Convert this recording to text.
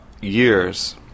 years